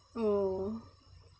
oh